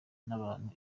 n’abantu